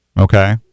okay